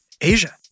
Asia